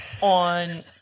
on